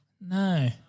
No